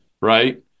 right